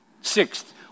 Sixth